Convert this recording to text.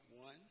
one